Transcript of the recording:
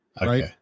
Right